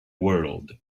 world